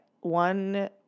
one